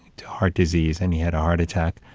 to heart disease, and he had a heart attack,